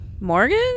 Morgan